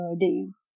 days